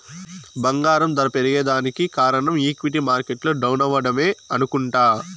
బంగారం దర పెరగేదానికి కారనం ఈక్విటీ మార్కెట్లు డౌనవ్వడమే అనుకుంట